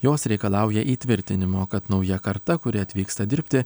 jos reikalauja įtvirtinimo kad nauja karta kuri atvyksta dirbti